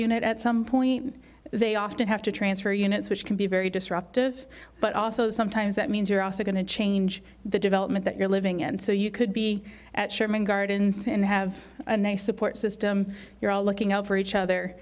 unit at some point they often have to transfer units which can be very disruptive but also sometimes that means you're also going to change the development that you're living in so you could be at sherman gardens and have a nice support system you're all looking out for each other